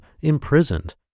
imprisoned